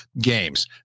games